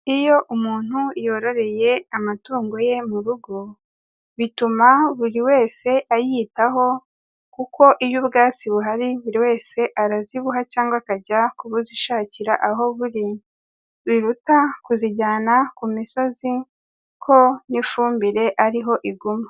Iyo umuntu yororeye amatungo ye mu rugo, bituma buri wese ayitaho kuko iyo ubwatsi buhari buri wese arazibuha cyangwa akajya kubuzishakira aho buri, biruta kuzijyana ku misozi kuko n'ifumbire ari ho iguma.